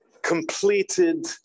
completed